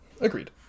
Agreed